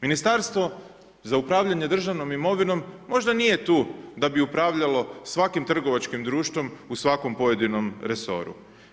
Ministarstvo za upravljanje državnom imovinom možda nije tu da bi upravljalo svakim trgovačkim društvom u svakom pojedinom resoru.